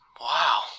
Wow